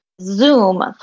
zoom